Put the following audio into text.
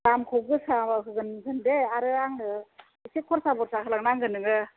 दामखौ गोसा होगोन होन दे आरो आंनो एसे खरसा बरसा होलांनांगोन नोङो